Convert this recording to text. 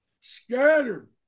Scattered